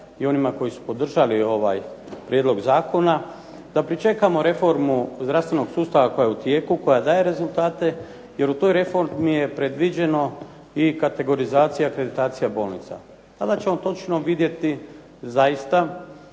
i onima koji su podržali ovaj prijedlog zakona da pričekamo reformu zdravstvenog sustava koja je u tijeku, koja daje rezultate jer u toj reformi je predviđeno i kategorizacija, akreditacija bolnica. Valjda ćemo točno vidjeti zaista